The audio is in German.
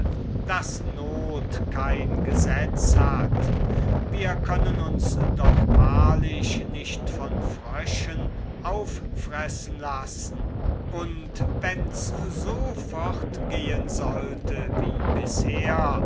daß not kein gesetz hat wir können uns doch wahrlich nicht von fröschen auffressen lassen und wenn's so fortgehen sollte wie bisher